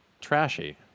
trashy